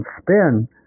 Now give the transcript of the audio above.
spin